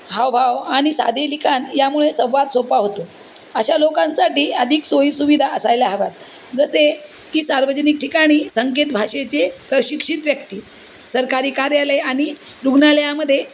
हावभाव आणि साधे लिखाण यामुळे संवाद सोपा होतो अशा लोकांसाठी अधिक सोयीसुविधा असायला हव्या आहेत जसे की सार्वजनिक ठिकाणी संकेत भाषेचे प्रशिक्षित व्यक्ती सरकारी कार्यालय आणि रुग्णालयामध्ये